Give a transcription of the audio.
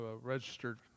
registered